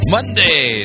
Monday